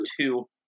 two